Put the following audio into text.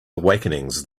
awakenings